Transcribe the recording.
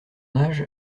âge